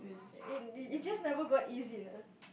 it it just never got easier